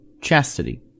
chastity